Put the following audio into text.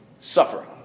Suffering